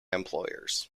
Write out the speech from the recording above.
employers